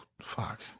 fuck